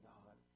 God